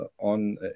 on